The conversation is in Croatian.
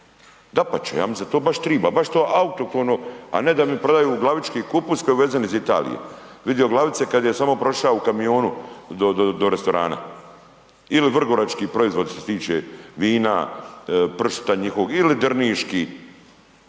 Dapače. Ja mislim da to baš treba baš to autohtono, a ne da mi prodaju glavički kupus koji je uvezen iz Italije. Vidio je glavice kada je samo prošao u kamionu do restoranu. Ili vrgorački proizvodi što se tiče vina, pršuta njihovog ili drniški,